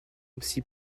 aussi